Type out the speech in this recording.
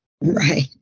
Right